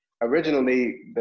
originally